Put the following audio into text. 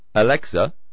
Alexa